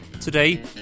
Today